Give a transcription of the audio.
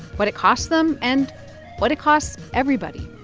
what it costs them and what it costs everybody